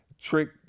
trick